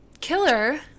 killer